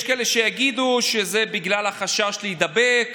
יש כאלה שיגידו שזה בגלל החשש להידבק,